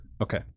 Okay